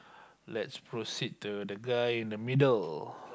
let's proceed to the guy in the middle